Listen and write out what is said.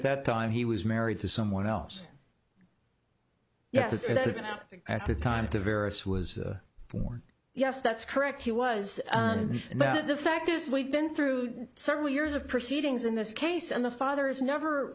at that time he was married to someone else yes it had been up at the time to various was yes that's correct he was and that the fact is we've been through several years of proceedings in this case and the father is never